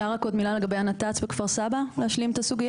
אפשר רק עוד מילה לגבי הנת"צ בכפר סבא להשלים את הסוגייה?